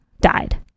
died